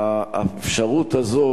האפשרות הזאת,